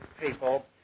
people